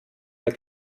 der